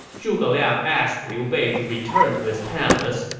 zhuge liang asked liu bei to return to his palace,